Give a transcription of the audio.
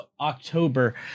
October